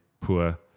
poor